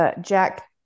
Jack